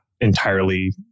entirely